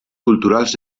culturals